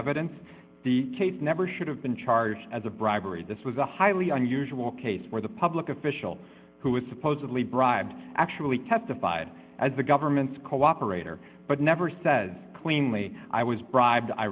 evidence the case never should have been charged as a bribery this was a highly unusual case where the public official who was supposedly bribed actually testified as the government's cooperator but never says cleanly i was bribed i